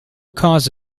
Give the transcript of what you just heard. cause